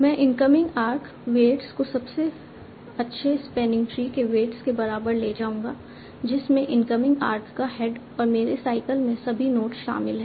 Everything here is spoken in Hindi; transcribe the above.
मैं इनकमिंग आर्क वेट्स को सबसे अच्छे स्पैनिंग ट्री के वेट्स के बराबर ले जाऊंगा जिसमें इनकमिंग आर्क का हेड और मेरे साइकल में सभी नोड्स शामिल हैं